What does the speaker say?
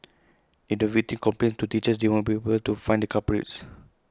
if the victim complains to teachers they won't be able to find the culprits